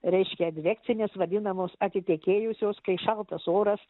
reiškia advekcinės vadinamos atitekėjusios kai šaltas oras